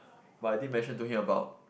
but I did mention to him about